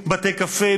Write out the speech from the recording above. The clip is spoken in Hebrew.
בתי-קפה,